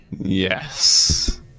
Yes